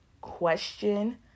Question